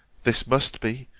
this must be,